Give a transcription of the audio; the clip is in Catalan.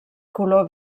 color